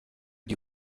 die